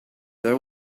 there